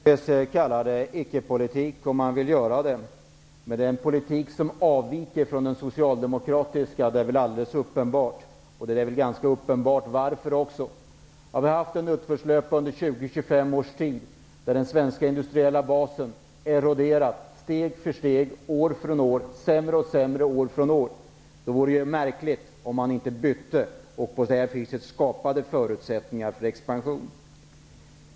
Herr talman! Man kan naturligtvis kalla det ickepolitik om man vill. Men att det är en politik som avviker från den socialdemokratiska, är väl alldeles uppenbart. Det är väl också ganska uppenbart varför. Om vi har haft en utförslöpa under 20--25 års tid, då den svenska industriella basen har eroderat steg för steg, år från år, och det har blivit sämre år efter år, vore det märkligt om man inte bytte politik och på detta sätt skapade förutsättningar för expansion.